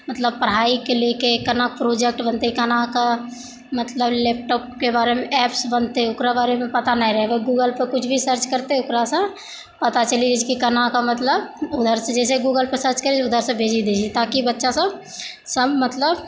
मतलब पढ़ाइके लैके कोना प्रोजेक्ट बनतै केना कऽ मतलब लैपटॉपके बारेमे एप्स बनतै ओकरा बारेमे पता नहि रहै गूगलपर कुछ भी सर्च करतै ओकरासँ पता चलि जाइ छै की केनाकऽ मतलब उधरसँ जैसे गूगलपर सर्च उधरसँ भेजी दै छै ताकि बच्चासब सब मतलब